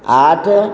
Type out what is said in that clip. ଆଠ